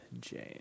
James